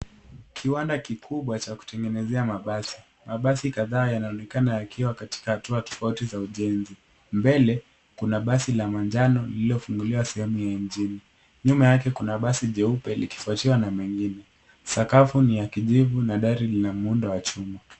Kiwanda kikubwa cha kutengenezea mabasi. Mabasi kadhaa yanaonekana yakiwa katika hatua tofauti za ujenzi. Mbele, kuna basi la manjano lililofunguliwa sehemu ya injini. Nyuma yake kuna basi jeupe, likifuatiwa na mengine. Sakafu ni ya kijivu na dari lina muundo wa chuma.